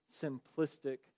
simplistic